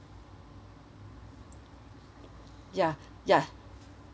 ya ya